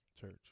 church